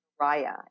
Raya